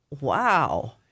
Wow